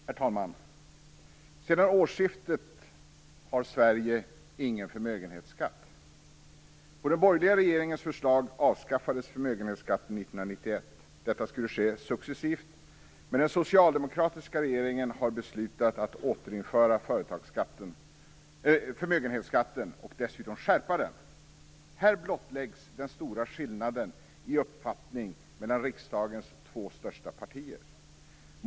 Herr talman! Sedan årsskiftet har Sverige ingen förmögenhetsskatt. På den borgerliga regeringens förslag avskaffades förmögenhetsskatten efter 1991. Detta skulle ske successivt. Men den socialdemokratiska regeringen har beslutat att återinföra förmögenhetsskatten och dessutom att skärpa den. Här blottläggs den stora skillnaden i uppfattning mellan riksdagens två största partier.